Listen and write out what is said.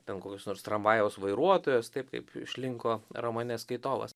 ten kokios nors tramvajaus vairuotojos taip kaip šlinko romane skaitovas